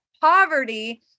poverty